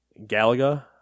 Galaga